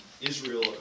Israel